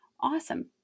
Awesome